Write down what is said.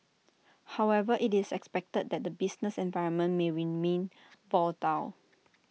however IT is expected that the business environment may remain volatile